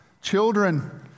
children